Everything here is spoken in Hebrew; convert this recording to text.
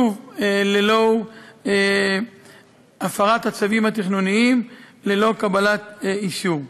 שוב, הפרת הצווים התכנוניים ללא קבלת אישור.